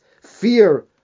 fear